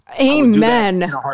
Amen